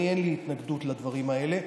אין לי התנגדות לדברים האלה.